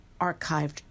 archived